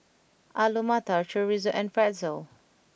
Alu Matar Chorizo and Pretzel